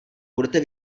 budete